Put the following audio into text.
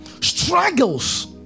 struggles